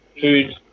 food